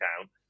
count